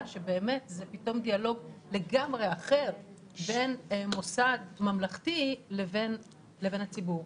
שבאמת זה פתאום דיאלוג לגמרי אחר בין מוסד ממלכתי לבין הציבור.